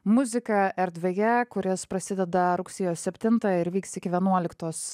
muzika erdvėje kuris prasideda rugsėjo septintąją ir vyks iki vienuoliktos